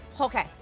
Okay